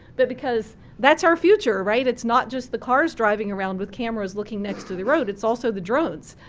but because that's our future, right? it's not just the cars driving around with cameras looking next to the road, it's also the drones.